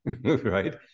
right